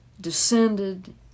descended